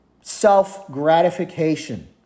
self-gratification